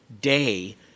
Day